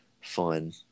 fun